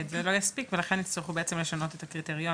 וזה לא יספיק ולכן יצטרכו בעצם לשנות את הקריטריונים.